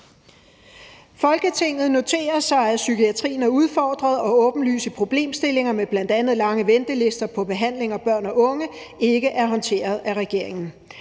»Folketinget noterer, at psykiatrien er udfordret, og at åbenlyse problemstillinger med bl.a. lange ventetider på behandling for børn og unge ikke er håndteret af regeringen.